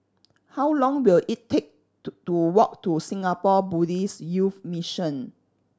how long will it take to to walk to Singapore Buddhist Youth Mission